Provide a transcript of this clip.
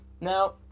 Now